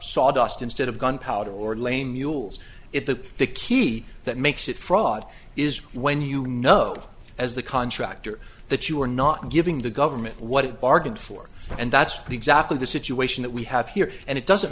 sawdust instead of gunpowder or lame mules if the the key that makes it fraud is when you know as the contractor that you are not giving the government what it bargained for and that's exactly the situation that we have here and it doesn't